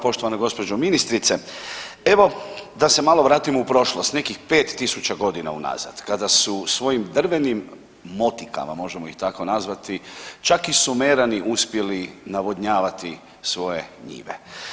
Poštovana gđo. ministrice, evo da se malo vratimo u prošlost, nekih 5000.g. u nazad kada su svojim drvenim motikama, možemo ih tako nazvati, čak i Sumerani uspjeli navodnjavati svoje njive.